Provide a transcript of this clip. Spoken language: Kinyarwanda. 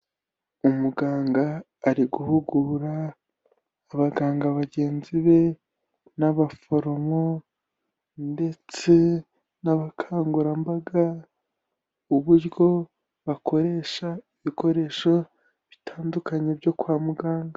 Umuganga ari guhugura abaganga bagenzi be n'abaforomo ndetse n'abakangurambaga, uburyo bakoresha ibikoresho bitandukanye byo kwa muganga.